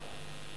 כמעט,